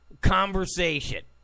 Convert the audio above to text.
conversation